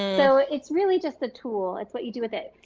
so it's really just a tool. it's what you do with it.